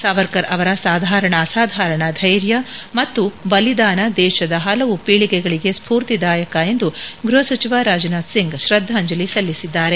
ಸಾವರ್ಕರ್ ಅವರ ಅಸಾಧಾರಣ ಧೈರ್ಯ ಮತ್ತು ಬಲಿದಾನ ದೇಶದ ಹಲವು ಪೀಳಿಗೆಗಳಿಗೆ ಸ್ಪೂರ್ತಿದಾಯಕ ಎಂದು ಗ್ಬಹ ಸಚಿವ ರಾಜನಾಥ್ ಸಿಂಗ್ ಶ್ರದ್ದಾಂಜಲಿ ಸಲ್ಲಿಸಿದ್ದಾರೆ